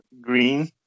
Green